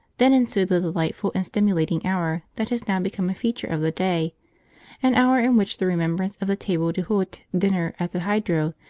then ensued the delightful and stimulating hour that has now become a feature of the day an hour in which the remembrance of the table-d'hote dinner at the hydro,